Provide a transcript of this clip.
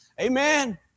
Amen